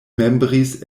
membris